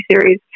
series